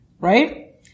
Right